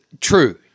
True